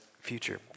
future